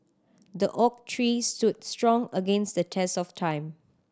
the oak tree stood strong against the test of time